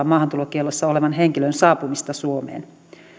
maahantulokiellossa olevan henkilön saapumista suomeen